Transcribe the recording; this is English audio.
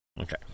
Okay